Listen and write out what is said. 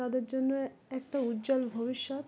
তাদের জন্য একটা উজ্জ্বল ভবিষ্যৎ